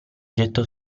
gettò